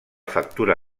factura